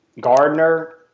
Gardner